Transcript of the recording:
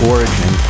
Origin